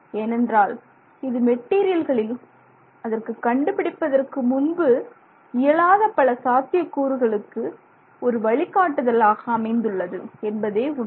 ஏனென்றால் இது மெட்டீரியல்களில் அதற்கு கண்டுபிடிப்புக்கு முன்பு இயலாத பல சாத்தியக்கூறுகளுக்கு ஒரு வழிகாட்டுதலாக அமைந்துள்ளது என்பதே உண்மை